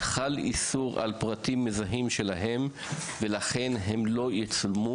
חל איסור על חשיפת הפרטים המזהים שלהם ולכן הם לא יצולמו